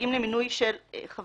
1 נגד,